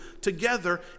together